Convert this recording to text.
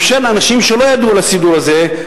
שמאפשר לאנשים שלא ידעו על הסידור הזה,